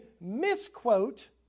misquote